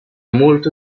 molto